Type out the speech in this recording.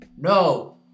no